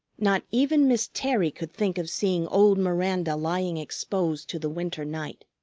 not even miss terry could think of seeing old miranda lying exposed to the winter night.